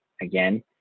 again